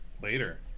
later